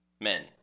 men